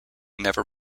never